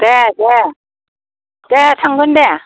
दे दे दे थांगोन दे